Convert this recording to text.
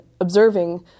observing